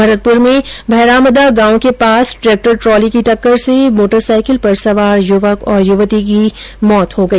भरतपुर में बहरामदा गांव के पास ट्रेक्टर ट्रॉली की टक्कर से मोटरसाईकिल पर सवार युवक और युवर्ती की मौत हो गई